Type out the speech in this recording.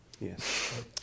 Yes